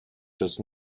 does